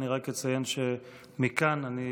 אני רק אציין שמכאן אני